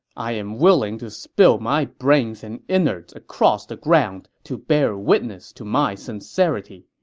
i am willing to spill my brains and innards across the ground to bear witness to my sincerity.